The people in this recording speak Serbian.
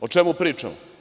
O čemu pričamo?